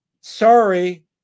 sorry